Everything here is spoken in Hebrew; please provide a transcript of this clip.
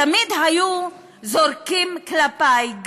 תמיד היו זורקים כלפי,